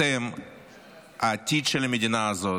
אתם העתיד של המדינה הזאת,